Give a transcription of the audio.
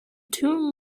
two